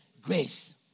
Grace